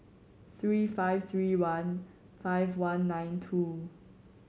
three five three one five one nine two